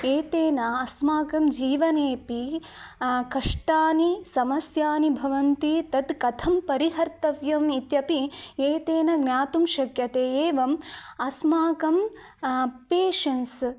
एतेन अस्माकं जीवनेऽपि कष्टानि समस्यानि भवन्ति तत् कथं परिहर्तव्यम् इत्यपि एतेन ज्ञातुं शक्यते एवम् अस्माकं पेशन्स्